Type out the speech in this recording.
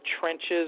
trenches